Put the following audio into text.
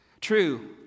True